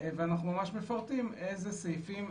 ואנחנו מפרטים איזה סעיפים,